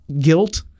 guilt